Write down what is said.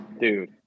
Dude